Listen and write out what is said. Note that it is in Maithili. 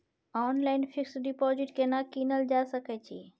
ऑनलाइन फिक्स डिपॉजिट केना कीनल जा सकै छी?